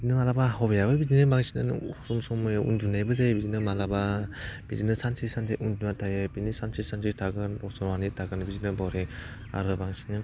बिदिनो मालाबा हबियाबो बिदिनो बांसिनानो सम सम उन्दुनायबो जायो बिदिनो मालाबा बिदिनो सानसे सानसे उन्दुनानै थायो बिदिनो सानसे सानसे थागोन गसंनानै थागोन बिदिनो बरिं आङो बांसिन